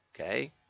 okay